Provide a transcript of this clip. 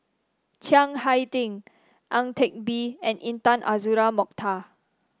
Chiang Hai Ding Ang Teck Bee and Intan Azura Mokhtar